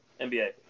NBA